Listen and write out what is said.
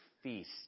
feast